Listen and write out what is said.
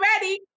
ready